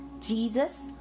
Jesus